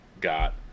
got